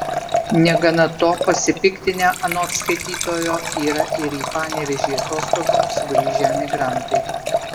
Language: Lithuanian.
negana to pasipiktinę anot skaitytojo yra ir į panevėžį atostogoms sugrįžę emigrantai